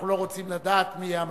אנחנו לא רוצים לדעת מי יהיה המפכ"ל,